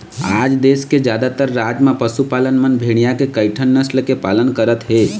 आज देश के जादातर राज म पशुपालक मन भेड़िया के कइठन नसल के पालन करत हे